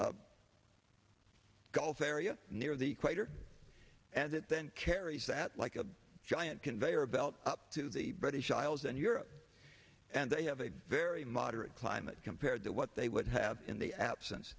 the gulf area near the equator and it then carries that like a giant conveyor belt up to the british isles and europe and they have a very moderate climate compared to what they would have in the absence